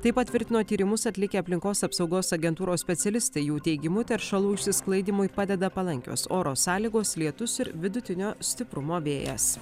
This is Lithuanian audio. tai patvirtino tyrimus atlikę aplinkos apsaugos agentūros specialistai jų teigimu teršalų išsisklaidymui padeda palankios oro sąlygos lietus ir vidutinio stiprumo vėjas